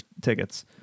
tickets